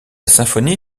symphonie